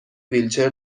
ویلچر